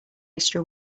extra